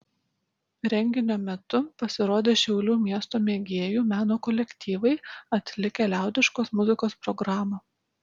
renginio metu pasirodė šiaulių miesto mėgėjų meno kolektyvai atlikę liaudiškos muzikos programą